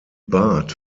barth